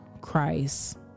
Christ